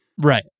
Right